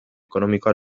ekonomikoa